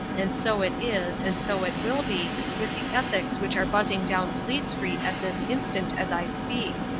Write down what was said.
and so it is and so it will be with the ethics which are buzzing down fleet street at this instant as i speak.